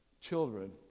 children